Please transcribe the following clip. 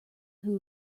who